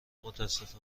متاسفم